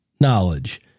knowledge